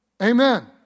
Amen